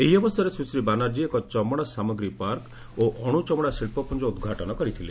ଏହି ଅବସରରେ ସୁଶ୍ରୀ ବାନାର୍କୀ ଏକ ଚମଡ଼ା ସାମଗ୍ରୀ ପାର୍କ ଓ ଅଣୁ ଚମଡ଼ା ଶିଳ୍ପପୁଞ୍ଜ ଉଦ୍ଘାଟନ କରିଥିଲେ